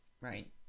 right